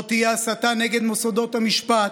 לא תהיה הסתה נגד מוסדות המשפט,